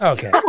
Okay